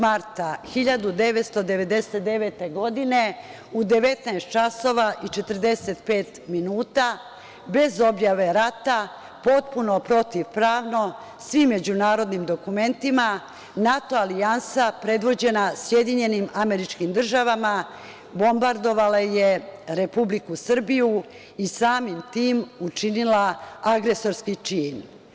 Dvadeset četvrtog marta 1999. godine u 19,45 časova bez objave rata, potpuno protiv-pravno svim međunarodnim dokumentima NATO alijansa predvođena SAD bombardovala je Republiku Srbiju i samim tim učinila agresorski čin.